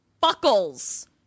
Buckles